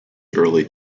early